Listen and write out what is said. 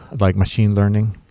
like machine learning,